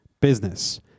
business